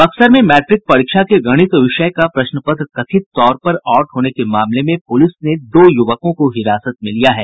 बक्सर में मैट्रिक परीक्षा के गणित विषय का प्रश्न पत्र कथित तौर पर आउट होने के मामले में पुलिस ने दो युवकों को हिरासत में लिया है